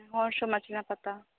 ᱦᱚᱲ ᱥᱚᱢᱟᱡᱽ ᱨᱮᱱᱟᱜ ᱠᱟᱛᱷᱟ